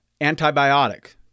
Antibiotic